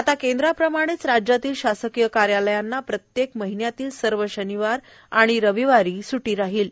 आता केंद्राप्रमाणे राज्यातील शासकीय कार्यालयांना प्रत्येक महिन्यातील सर्व शनिवारी आणि रविवारी सुट्टी राहील